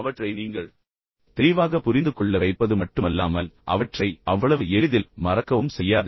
அவற்றை நீங்கள் தெளிவாகப் புரிந்துகொள்ள வைப்பது மட்டுமல்லாமல் அவற்றை அவ்வளவு எளிதில் மறக்கவும் செய்யாது